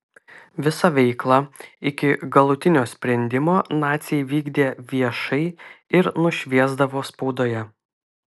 visą veiklą iki galutinio sprendimo naciai vykdė viešai ir nušviesdavo spaudoje